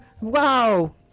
Wow